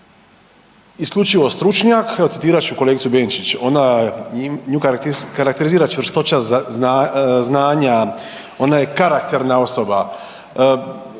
isključivo stručnjak, evo citirat ću kolegicu Benčić, ona nju karakterizira čvrstoća znanja, ona je karakterna osoba,